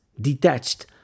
detached